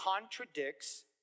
contradicts